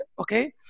okay